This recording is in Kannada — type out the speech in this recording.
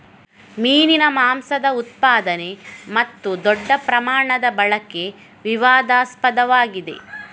ಮೀನಿನ ಮಾಂಸದ ಉತ್ಪಾದನೆ ಮತ್ತು ದೊಡ್ಡ ಪ್ರಮಾಣದ ಬಳಕೆ ವಿವಾದಾಸ್ಪದವಾಗಿದೆ